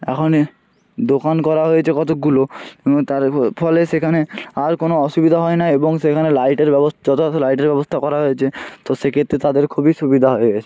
এখনই দোকান করা হয়েছে কতকগুলো এবং তার ফলে সেখানে আর কোনো অসুবিধা হয় না এবং সেখানে লাইটের ব্যবস্থা কত কত লাইটের ব্যবস্থা করা হয়েছে তো সেক্ষেত্রে তাদের খুবই সুবিধা হয়ে গেছে